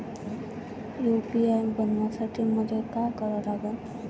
UPI बनवासाठी मले काय करा लागन?